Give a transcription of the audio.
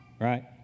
right